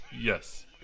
yes